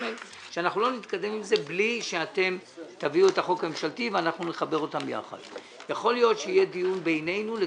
שלא תבואו עם הצעת חוק ממשלתית ואני מקווה שזה יהיה בתוך ימים ספורים.